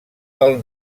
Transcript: del